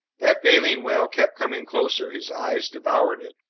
that baleen whale kept coming closer. his eyes devoured it.